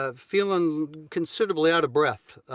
ah feeling considerably out of breath